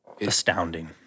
astounding